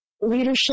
leadership